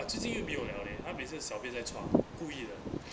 but 最近有没有 liao leh 他每次小编在床故意的